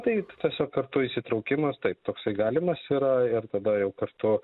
taip tiesiog kartu įsitraukimas taip toksai galimas yra ir tada jau kartu